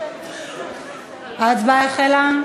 ההצבעה החלה.